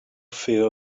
fear